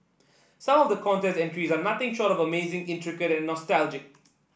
some of the contest entries are nothing short of amazing intricate and nostalgic